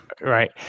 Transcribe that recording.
right